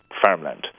farmland